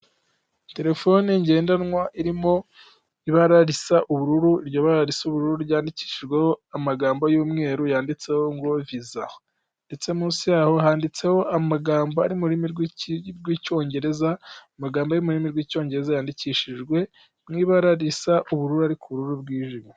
Terefone ngendanwa irimo ibara risa ubururu, iryo bara risa ubururu ryandikishijweho amagambo y'umweru yanditseho ngo viza. Ndetse munsi yaho handitseho amagambo ari murimi rw'Icyongereza, amagambo ari mu rurimi rw'Icyongereza yandikishijwe mu ibara risa ubururu ariko ubururu bwijimye.